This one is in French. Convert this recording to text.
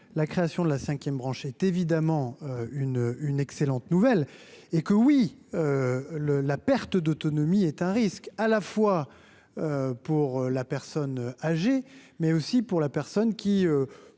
la création de la 5ème, branche est évidemment une une excellente nouvelle et que oui le la perte d'autonomie est un risque à la fois pour la personne âgée, mais aussi pour la personne qui,